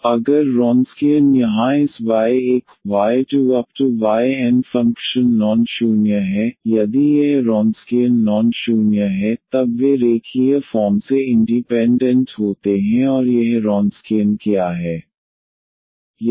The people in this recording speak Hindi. तो अगर Wronskian यहाँ इस y1 y2 yn function non शून्य है यदि यह Wronskian नॉन शून्य है तब वे रेखीय फॉर्म से इंडीपेंडेंट होते हैं और यह Wronskian क्या है